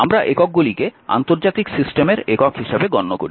আমরা এককগুলিকে আন্তর্জাতিক সিস্টেমের একক হিসাবে গণ্য করি